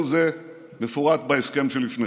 כל זה מפורט בהסכם שלפניכם.